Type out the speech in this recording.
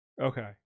Okay